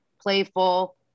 playful